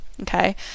okay